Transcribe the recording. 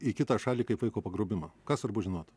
į kitą šalį kaip vaiko pagrobimą ką svarbu žinot